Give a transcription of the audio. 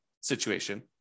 situation